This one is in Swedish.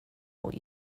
och